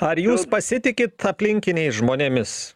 ar jūs pasitikit aplinkiniais žmonėmis